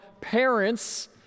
parents